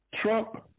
Trump